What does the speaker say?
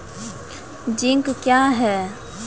Zinc क्या हैं?